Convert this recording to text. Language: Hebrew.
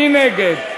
מי נגד?